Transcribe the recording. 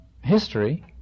history